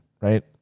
Right